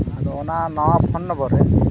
ᱟᱫᱚ ᱚᱱᱟ ᱱᱟᱣᱟ ᱯᱷᱳᱱ ᱱᱚᱢᱵᱚᱨ ᱨᱮ